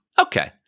Okay